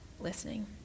listening